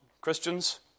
Christians